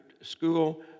school